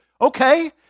Okay